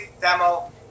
demo